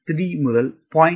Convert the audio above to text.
3 முதல் 0